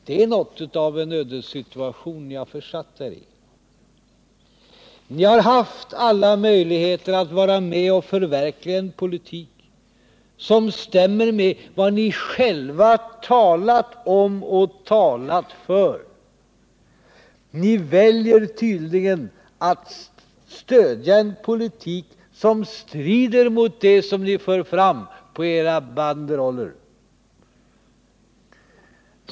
Det är något av en ödessituation som ni har försatt er i. Ni har haft alla möjligheter att vara med och förverkliga en politik som stämmer med vad ni själva talat om och talat för. Ni väljer tydligen att stödja en politik som strider mot det som ni för fram på era banderoller.